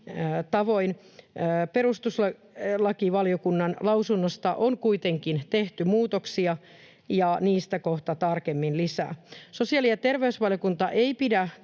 Perustuslakivaliokunnan lausunnosta on kuitenkin tehty muutoksia, ja niistä kohta tarkemmin lisää. Sosiaali- ja terveysvaliokunta ei pidä